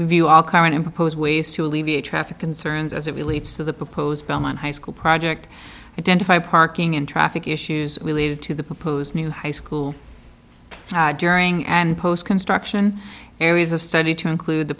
we view all current and proposed ways to alleviate traffic concerns as it relates to the as belmont high school project identify parking and traffic issues related to the proposed new high school during and post construction areas of study to include the